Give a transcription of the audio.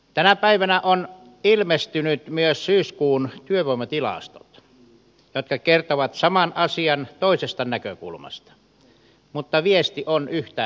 tänä päivänä ovat ilmestyneet myös syyskuun työvoimatilastot jotka kertovat saman asian toisesta näkökulmasta mutta viesti on yhtä huolestuttava